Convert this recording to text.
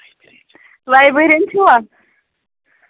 librarian چھِوا